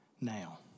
now